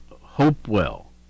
Hopewell